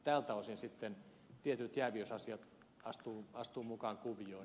tältä osin sitten tietyt jääviysasiat astuvat mukaan kuvioon